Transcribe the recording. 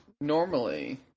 Normally